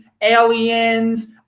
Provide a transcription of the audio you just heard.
aliens